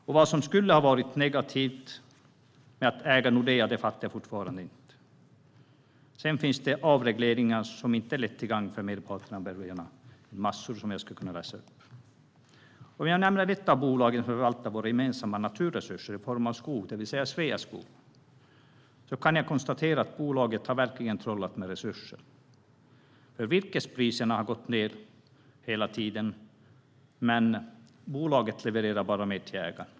Och vad som skulle ha varit negativt med att äga Nordea fattar jag fortfarande inte. Sedan finns det avregleringar som inte varit till gagn för merparten av medborgarna. Det finns massor som jag skulle kunna läsa upp. Ett av bolagen som förvaltar våra gemensamma naturresurser i form av skog är Sveaskog. Jag kan konstatera att bolaget verkligen har trollat med resurser, för virkespriserna har gått ned hela tiden, men bolaget levererar bara mer till ägarna.